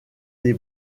des